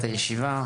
הישיבה,